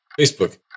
Facebook